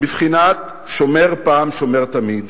בבחינת שומר פעם שומר תמיד,